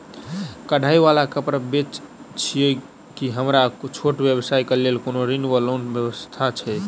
कढ़ाई वला कापड़ बेचै छीयै की हमरा छोट व्यवसाय केँ लेल कोनो ऋण वा लोन व्यवस्था छै?